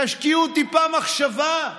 תשקיעו טיפה מחשבה,